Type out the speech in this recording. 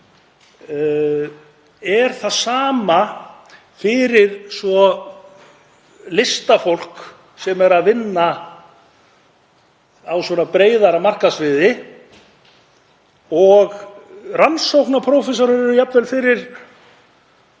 er það sama fyrir listafólkið, sem er að vinna á svona breiðara markaðssviði, og rannsóknaprófessorar eru jafnvel fyrir